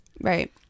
Right